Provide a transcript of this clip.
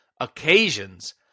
occasions